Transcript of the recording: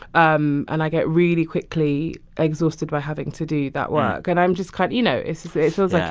um and i get really quickly exhausted by having to do that work. and i'm just kind you know, it's it's it feels like